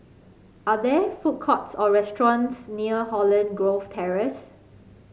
are there food courts or restaurants near Holland Grove Terrace